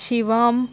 Shivam